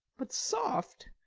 but, soft,